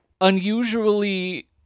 unusually